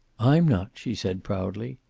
i'm not, she said proudly.